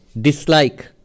dislike